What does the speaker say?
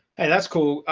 and that's cool.